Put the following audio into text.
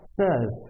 says